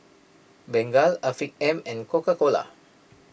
Bengay Afiq M and Coca Cola